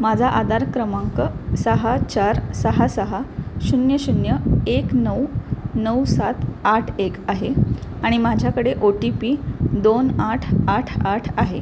माझा आधार क्रमांक सहा चार सहा सहा शून्य शून्य एक नऊ नऊ सात आठ एक आहे आणि माझ्याकडे ओ टी पी दोन आठ आठ आठ आहे